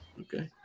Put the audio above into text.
Okay